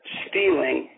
stealing